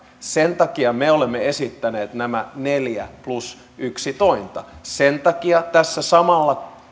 sen takia me olemme esittäneet nämä neljä plus yksi tointa sen takia tässä samalla